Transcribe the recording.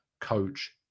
coach